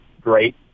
great